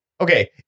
Okay